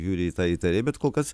žiūri į tą įtariai bet kol kas